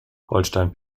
holstein